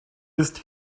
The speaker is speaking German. ist